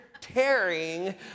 tearing